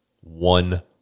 one